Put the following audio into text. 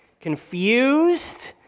confused